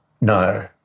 No